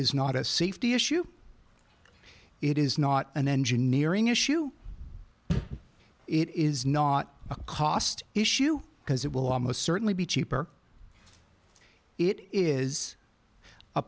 is not a safety issue it is not an engineering issue it is not a cost issue because it will almost certainly be cheaper it is a